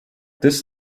this